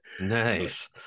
nice